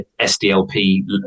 SDLP